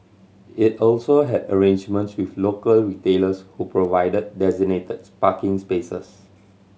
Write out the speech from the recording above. it also had arrangements with local retailers who provided designated parking spaces